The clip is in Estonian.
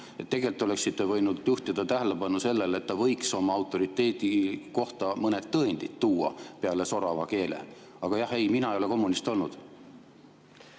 Tegelikult oleksite võinud juhtida tähelepanu sellele, et ta võiks oma autoriteedi kohta mõned tõendid tuua peale sorava keele. Aga jah, ei, mina ei ole kommunist olnud.